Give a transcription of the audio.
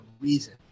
reason